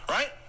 Right